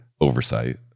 oversight